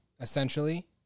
essentially